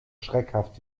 schreckhaft